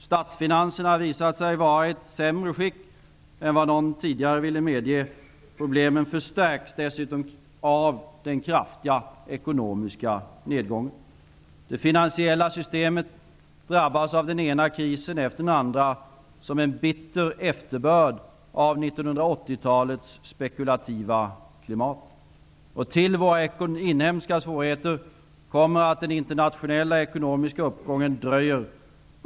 Statsfinanserna har visat sig vara i ett sämre skick än vad någon tidigare ville medge. Problemen förstärks dessutom av den kraftiga ekonomiska nedgången. Det finansiella systemet drabbas av den ena krisen efter den andra, som en bitter efterbörd av 1980 talets spekulativa klimat. Till våra inhemska svårigheter kommer att den internationella ekonomiska uppgången dröjer.